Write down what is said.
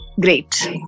great